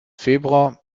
februar